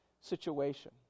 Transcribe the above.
situation